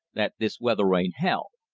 that this weather ain't hell.